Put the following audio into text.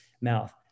mouth